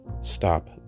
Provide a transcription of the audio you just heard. stop